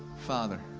father.